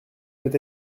peut